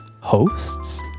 hosts